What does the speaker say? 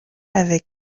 avec